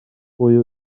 pwy